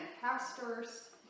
pastors